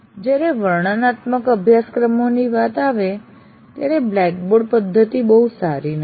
જ્યારે વર્ણનાત્મક અભ્યાસક્રમોની વાત આવે છે ત્યારે બ્લેકબોર્ડ પદ્ધતિ બહુ સારી નથી